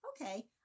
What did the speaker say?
okay